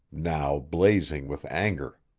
now blazing with anger.